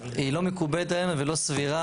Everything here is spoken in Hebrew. היא לא מקובלת עלינו ולא סבירה,